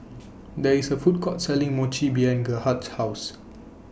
There IS A Food Court Selling Mochi behind Gerhard's House